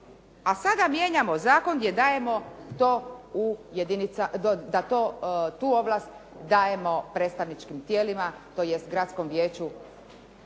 A sada mijenjamo zakon gdje dajemo, tu ovlast dajemo predstavničkim tijelima tj. gradskom vijeću